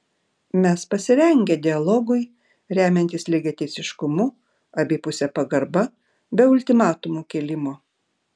mes pasirengę dialogui remiantis lygiateisiškumu abipuse pagarba be ultimatumų kėlimo